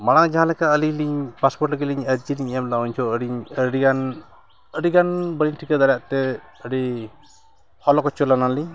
ᱢᱟᱲᱟᱝ ᱡᱟᱦᱟᱸ ᱞᱮᱠᱟ ᱟᱹᱞᱤᱧ ᱞᱤᱧ ᱯᱟᱥᱯᱳᱨᱴ ᱞᱟᱹᱜᱤᱫ ᱞᱤᱧ ᱟᱹᱨᱡᱤ ᱞᱤᱧ ᱮᱢᱞᱮᱟᱟ ᱩᱱ ᱡᱚᱠᱷᱚᱱ ᱟᱹᱞᱤᱧ ᱟᱹᱰᱤ ᱜᱟᱱ ᱟᱹᱰᱤ ᱜᱟᱱ ᱵᱟᱹᱞᱤᱧ ᱴᱷᱤᱠᱟᱹ ᱫᱟᱲᱮᱭᱟᱜ ᱛᱮ ᱟᱹᱰᱤ ᱦᱚᱞᱚ ᱜᱚᱪᱚ ᱞᱮᱱᱟᱞᱤᱧ